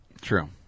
true